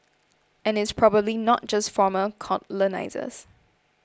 and it's probably not just former colonisers